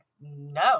no